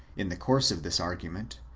in the course of this argument,